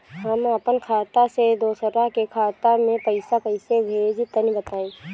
हम आपन खाता से दोसरा के खाता मे पईसा कइसे भेजि तनि बताईं?